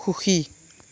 সুখী